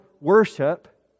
worship